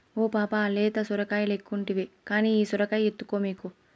ఓ పాపా లేత సొరకాయలెక్కుంటివి కానీ ఈ సొరకాయ ఎత్తుకో మీకు